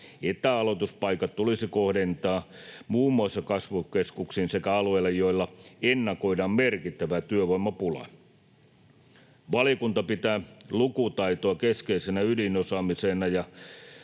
että aloituspaikat tulisi kohdentaa muun muassa kasvukeskuksiin sekä alueille, joilla ennakoidaan merkittävää työvoimapulaa. Valiokunta pitää lukutaitoa keskeisenä ydinosaamisena ja